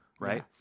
right